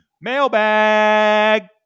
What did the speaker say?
mailbag